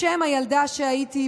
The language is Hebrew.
בשם הילדה שהייתי,